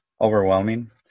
overwhelming